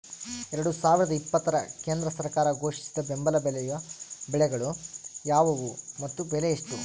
ಎರಡು ಸಾವಿರದ ಇಪ್ಪತ್ತರ ಕೇಂದ್ರ ಸರ್ಕಾರ ಘೋಷಿಸಿದ ಬೆಂಬಲ ಬೆಲೆಯ ಬೆಳೆಗಳು ಯಾವುವು ಮತ್ತು ಬೆಲೆ ಎಷ್ಟು?